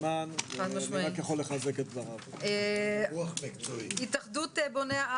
סגן שרת הכלכלה והתעשייה יאיר גולן: לגמרי.